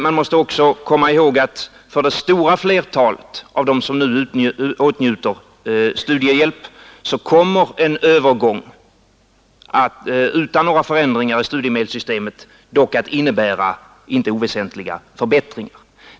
Man måste också komma ihåg att för det stora flertalet av dem som nu åtnjuter studiehjälp kommer en övergång utan några förändringar i studiemedelssystemet att innebära inte oväsentliga förbättringar.